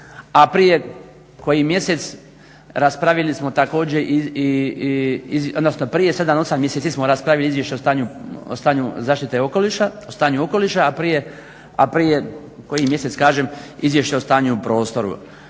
prije 7-8 mjeseci smo raspravili izvješće o stanju okoliša, a prije koji mjesec izvješće o stanju u prostoru.